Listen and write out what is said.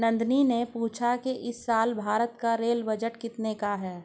नंदनी ने पूछा कि इस साल भारत का रेल बजट कितने का है?